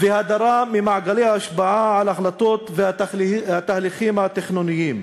והדרה ממעגלי השפעה על ההחלטות והתהליכים התכנוניים,